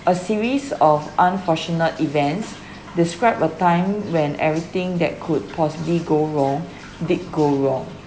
a series of unfortunate events describe a time when everything that could possibly go wrong did go wrong